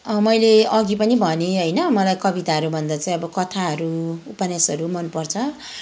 मैले अघि पनि भनेँ होइन मलाई कविताहरूभन्दा चाहिँ कथाहरू उपन्यासहरू मनपर्छ